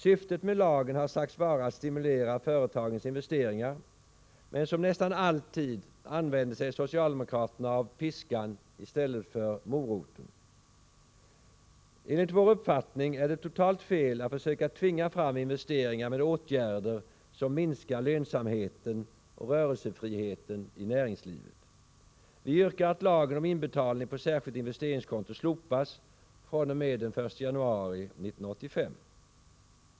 Syftet med lagen har sagts vara att stimulera företagens investeringar, men som nästan alltid använder sig socialdemokraterna av piskan i stället för moroten. Enligt vår uppfattning är det totalt fel att försöka tvinga fram investeringar med åtgärder som minskar lönsamheten och rörelsefriheten i näringslivet. Vi yrkar att lagen om inbetalning på särskilt investeringskonto slopas fr.o.m. den 1 januari 1985.